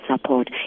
support